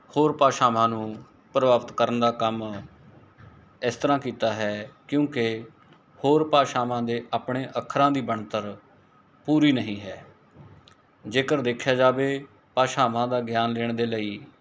ਹੋਰ ਭਾਸ਼ਾਵਾਂ ਨੂੰ ਪ੍ਰਭਾਵਿਤ ਕਰਨ ਦਾ ਕੰਮ ਇਸ ਤਰ੍ਹਾਂ ਕੀਤਾ ਹੈ ਕਿਉਂਕਿ ਹੋਰ ਭਾਸ਼ਾਵਾਂ ਦੇ ਆਪਣੇ ਅੱਖਰਾਂ ਦੀ ਬਣਤਰ ਪੂਰੀ ਨਹੀਂ ਹੈ ਜੇਕਰ ਦੇਖਿਆ ਜਾਵੇ ਭਾਸ਼ਾਵਾਂ ਦਾ ਗਿਆਨ ਲੈਣ ਦੇ ਲਈ